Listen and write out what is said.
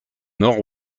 nord